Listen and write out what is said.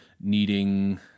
needing